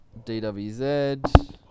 DWZ